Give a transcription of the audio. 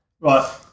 Right